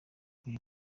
uyu